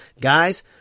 Guys